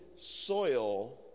soil